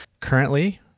Currently